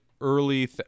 early